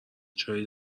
چایی